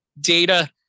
data